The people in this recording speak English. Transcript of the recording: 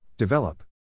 Develop